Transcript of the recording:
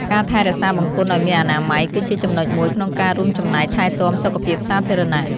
ការថែរក្សាបង្គន់ឲ្យមានអនាម័យ គឺជាចំណុចមួយក្នុងការរួមចំណែកថែទាំសុខភាពសាធារណៈ។